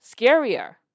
scarier